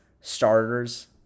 starters